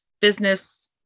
business